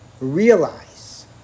Realize